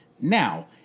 Now